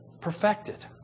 Perfected